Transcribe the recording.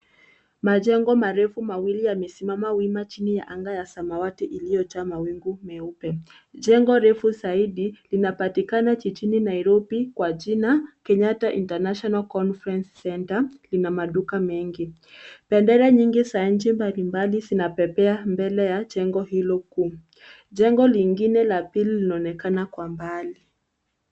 Majengo mawili marefu yamesimama wima chini ya anga ya samawati iliyojaa mawingu meupe. Jengo refu zaidi inapatikana jijini Nairobi kwa jina Kenyatta International Conference Center . Ina maduka mengi. Bendera nyingi za nchi mbalimbali zinapepea mbele ya jengo hilo kubwa. Jengo lingine la pili linaonekana kwa mbali.